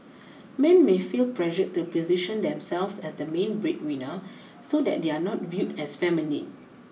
men may feel pressured to position themselves as the main breadwinner so that they are not viewed as feminine